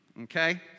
Okay